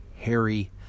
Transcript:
Harry